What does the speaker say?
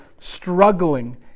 struggling